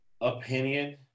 opinion